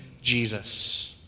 Jesus